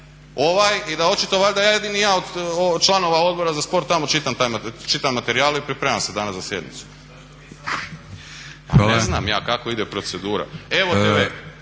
ovaj i da očito valjda jedini ja od članova Odbora za sport tamo čitam materijale i pripremam se danas za sjednicu. **Batinić, Milorad (HNS)** Hvala.